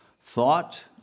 thought